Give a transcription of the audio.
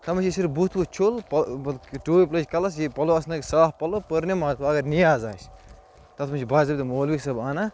تتھ منٛز چھِ صِرف بُتھ وُتھ چھوٚل ٹوٗپۍ لَٲج کَلَس یہِ پَلو حَظ لٲگۍ صاف پَلو پٔر نیماز وۅنۍ اگر نِیاز آسہِ تَتھ منٛز چھُ باضٲبطہٕ مولوی صٲب اَنان